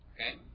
Okay